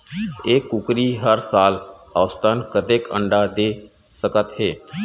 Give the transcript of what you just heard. एक कुकरी हर साल औसतन कतेक अंडा दे सकत हे?